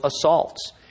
assaults